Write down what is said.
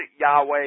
Yahweh